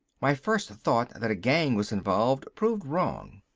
my first thought that a gang was involved proved wrong.